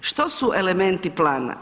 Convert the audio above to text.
Što su elementi plana?